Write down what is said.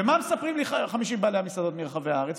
ומה מספרים לי 50 בעלי המסעדות מרחבי הארץ?